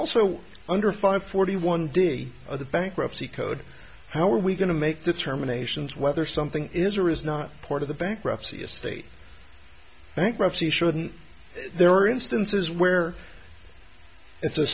also under five forty one d or the bankruptcy code how are we going to make determinations whether something is or is not part of the bankruptcy estate thank you shouldn't there are instances where it's a